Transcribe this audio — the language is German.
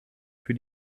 für